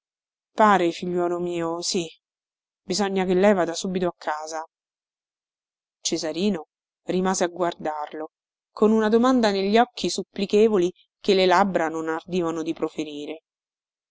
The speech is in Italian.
figliuolo mio sì bisogna che lei vada subito a casa cesarino rimase a guardarlo con una domanda negli occhi supplichevoli che le labbra non ardivano di proferire